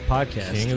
Podcast